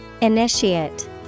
Initiate